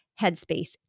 headspace